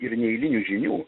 ir neeilinių žinių